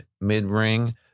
mid-ring